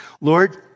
Lord